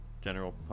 General